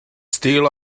steal